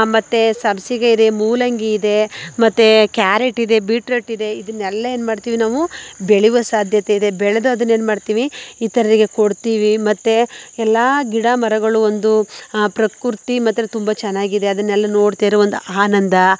ಮತ್ತೆ ಸಬ್ಬಸಿಗೆ ಇದೆ ಮೂಲಂಗಿ ಇದೆ ಮತ್ತೆ ಕ್ಯಾರೆಟ್ ಇದೆ ಬೀಟ್ರೂಟ್ ಇದೆ ಇದನ್ನೆಲ್ಲ ಏನು ಮಾಡ್ತೀವಿ ನಾವು ಬೆಳೆಯುವ ಸಾಧ್ಯತೆ ಇದೆ ಬೆಳೆದು ಅದನ್ನು ಏನು ಮಾಡ್ತೀವಿ ಇತರರಿಗೆ ಕೊಡ್ತೀವಿ ಮತ್ತೆ ಎಲ್ಲ ಗಿಡ ಮರಗಳು ಒಂದು ಪ್ರಕೃತಿ ಮಾತ್ರ ತುಂಬ ಚೆನ್ನಾಗಿದೆ ಅದನ್ನೆಲ್ಲ ನೋಡ್ತಾಯಿರುವಾಗ ಒಂದು ಆನಂದ